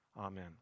Amen